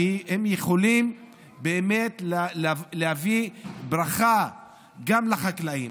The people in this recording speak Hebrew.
והם יכולים באמת להביא ברכה גם לחקלאים.